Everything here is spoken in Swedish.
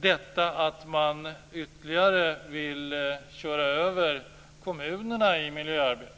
detta med att man ytterligare vill köra över kommunerna i miljöarbetet.